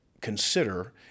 consider